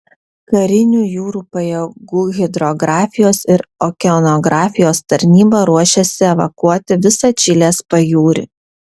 karinių jūrų pajėgų hidrografijos ir okeanografijos tarnyba ruošiasi evakuoti visą čilės pajūrį